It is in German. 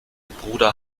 bruder